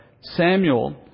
Samuel